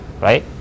right